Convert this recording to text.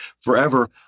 forever